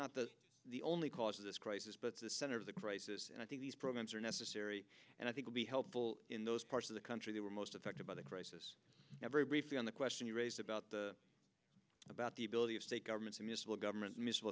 not the only cause of this crisis but the center of the crisis and i think these programs are necessary and i think would be helpful in those parts of the country that were most affected by the crisis every briefing on the question you raised about the about the ability of state governments immiscible governments missile